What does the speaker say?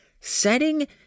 setting